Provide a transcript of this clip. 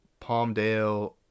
Palmdale